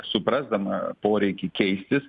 suprasdama poreikį keistis